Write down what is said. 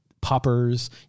poppers